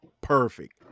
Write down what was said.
perfect